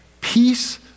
peace